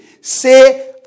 say